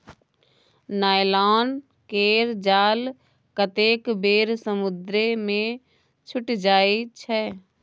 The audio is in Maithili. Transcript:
नायलॉन केर जाल कतेक बेर समुद्रे मे छुटि जाइ छै